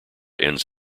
ends